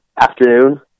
afternoon